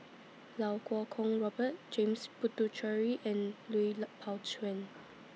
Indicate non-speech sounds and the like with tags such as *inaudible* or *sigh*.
Lau Kuo Kwong Robert James Puthucheary and Lui *unintelligible* Pao Chuen *noise*